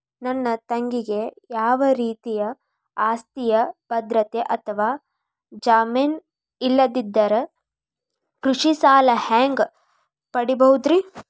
ನನ್ನ ತಂಗಿಗೆ ಯಾವ ರೇತಿಯ ಆಸ್ತಿಯ ಭದ್ರತೆ ಅಥವಾ ಜಾಮೇನ್ ಇಲ್ಲದಿದ್ದರ ಕೃಷಿ ಸಾಲಾ ಹ್ಯಾಂಗ್ ಪಡಿಬಹುದ್ರಿ?